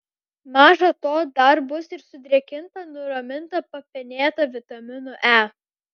maža to dar bus ir sudrėkinta nuraminta papenėta vitaminu e